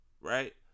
Right